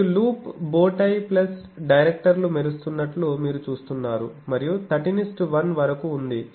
మరియు loop bow tie plus డైరెక్టర్లు మెరుస్తున్నట్లు మీరు చూస్తున్నారు మరియు 13 1 వరకు ఉంది